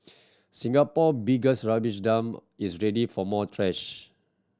Singapore biggest rubbish dump is ready for more trash